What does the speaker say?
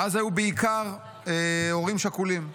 ואז היו בעיקר הורים שכולים.